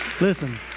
Listen